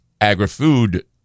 agri-food